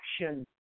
action